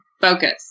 focus